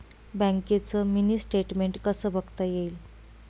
बँकेचं mini statement कसं बघता येईल?